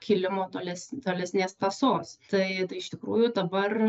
kilimo toles tolesnės tąsos tai tai iš tikrųjų dabar